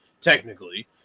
Technically